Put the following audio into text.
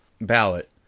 ballot